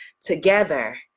together